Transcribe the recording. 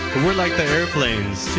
we're like the airplanes too,